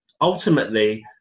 Ultimately